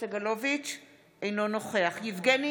אינו נוכח יבגני